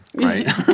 right